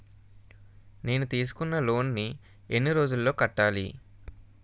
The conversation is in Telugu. నేను తీసుకున్న లోన్ నీ ఎన్ని రోజుల్లో కట్టాలి?